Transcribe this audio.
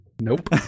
Nope